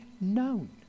known